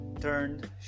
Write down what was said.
Turned